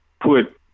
put